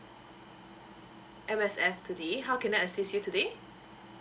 M_S_F today how can I assist you today